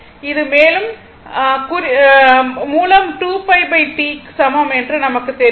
இது மேலும் இயற்பியல் மூலம் 2πT க்கு சமம் என்று நமக்கு தெரியும்